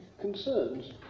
concerns